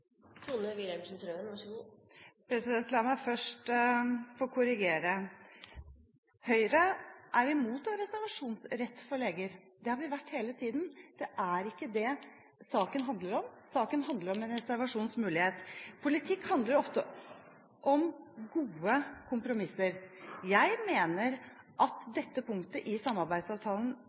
La meg først få korrigere: Høyre er imot en reservasjonsrett for leger. Det har vi vært hele tiden. Det er ikke det saken handler om, saken handler om en reservasjonsmulighet. Politikk handler ofte om gode kompromisser. Jeg mener at dette punktet i samarbeidsavtalen